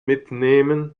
mitnehmen